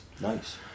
Nice